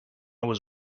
was